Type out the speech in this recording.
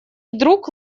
вдруг